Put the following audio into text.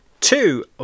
two